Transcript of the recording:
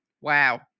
Wow